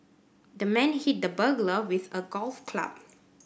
the man hit the burglar with a golf club